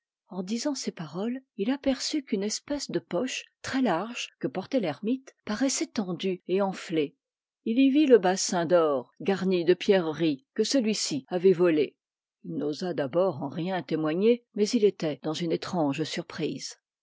en disant ces paroles il aperçut qu'une espèce de poche très large que portait l'ermite paraissait tendue et enflée il y vit le bassin d'or garni de pierreries que celui-ci avait volé il n'osa d'abord en rien témoigner mais il était dans une étrange